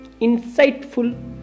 insightful